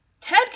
ted